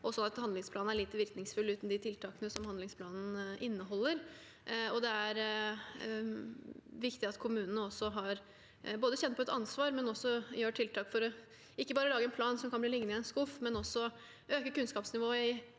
men handlingsplanene er lite virkningsfulle uten de tiltakene handlingsplanen inneholder. Det er viktig at kommunene både kjenner på et ansvar og gjør tiltak – at de ikke bare lager en plan som blir liggende i en skuff, men også øker kunnskapsnivået